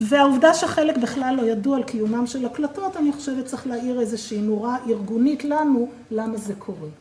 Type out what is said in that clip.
והעובדה שחלק בכלל לא ידעו על קיומם של הקלטות אני חושבת צריך להאיר איזושהי נורה ארגונית לנו למה זה קורה